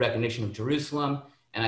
יש 46 קבוצות מפגשים מסביב לעולם בעד